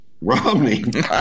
Romney